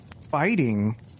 fighting